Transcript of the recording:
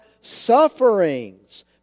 sufferings